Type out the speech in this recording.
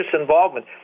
involvement